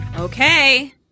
Okay